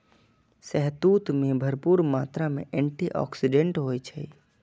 शहतूत मे भरपूर मात्रा मे एंटी आक्सीडेंट होइ छै